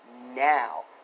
now